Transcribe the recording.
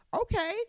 Okay